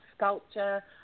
Sculpture